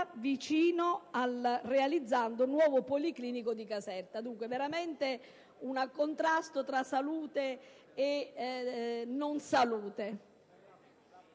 vicino al realizzando nuovo policlinico di Caserta. Dunque, veramente un contrasto tra salute e non salute.